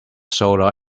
solar